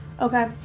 Okay